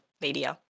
media